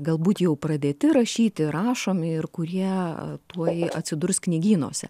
galbūt jau pradėti rašyti rašomi ir kurie tuoj atsidurs knygynuose